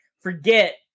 forget